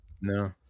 no